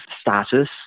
status